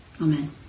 Amen